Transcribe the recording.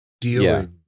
dealing